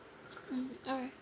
mm alright